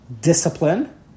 discipline